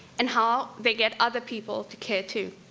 and how they get other people to care, too.